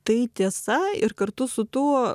tai tiesa ir kartu su tuo